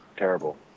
terrible